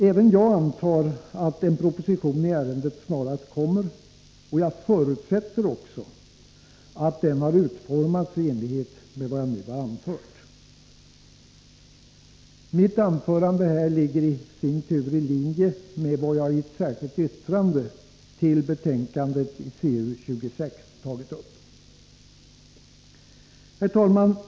Även jag antar att en proposition i ärendet snarast kommer, och jag förutsätter också att den har utformats i enlighet med vad jag nu anfört. Mitt anförande ligger i sin tur i linje med vad jag i ett särskilt yttrande till betänkandet CU 26 tagit upp.